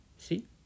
See